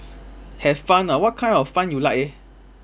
have fun ah what kind of fun you like eh